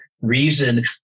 reason